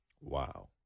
Wow